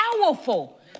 powerful